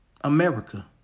America